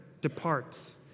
departs